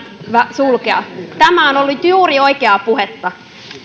sulkea tämä on ollut juuri oikeaa puhetta